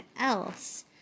else